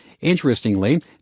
interestingly